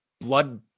blood